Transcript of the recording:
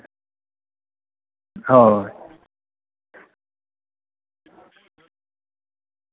ᱦᱳᱭ